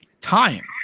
time